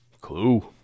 clue